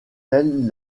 tels